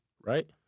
right